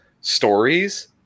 stories